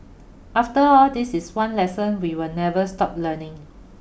after all this is one lesson we will never stop learning